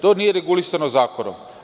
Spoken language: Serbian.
To nije regulisano zakonom.